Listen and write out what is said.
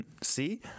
see